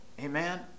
amen